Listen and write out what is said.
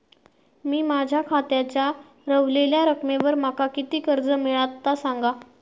मी माझ्या खात्याच्या ऱ्हवलेल्या रकमेवर माका किती कर्ज मिळात ता सांगा?